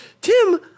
Tim